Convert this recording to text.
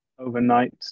overnight